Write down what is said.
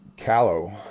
callow